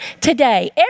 today